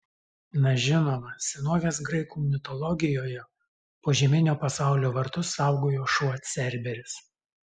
na žinoma senovės graikų mitologijoje požeminio pasaulio vartus saugojo šuo cerberis